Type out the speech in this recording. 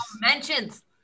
mentions